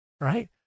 right